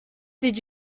did